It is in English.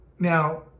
Now